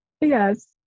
Yes